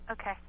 Okay